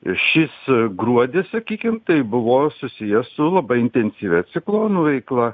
ir šis gruodis sakykim tai buvo susijęs su labai intensyvia ciklonų veikla